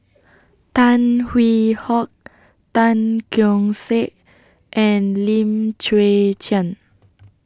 Tan Hwee Hock Tan Keong Saik and Lim Chwee Chian